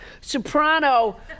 soprano